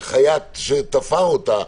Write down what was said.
חייט שתפר אותה.